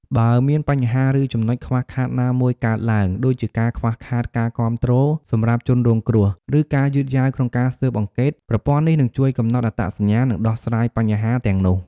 បើមានបញ្ហាឬចំណុចខ្វះខាតណាមួយកើតឡើង ដូចជាការខ្វះខាតការគាំទ្រសម្រាប់ជនរងគ្រោះ ឬការយឺតយ៉ាវក្នុងការស៊ើបអង្កេត ប្រព័ន្ធនេះនឹងជួយកំណត់អត្តសញ្ញាណ និងដោះស្រាយបញ្ហាទាំងនោះ។